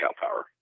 power